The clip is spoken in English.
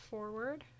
Forward